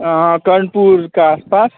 हँ कर्णपुरके आसपास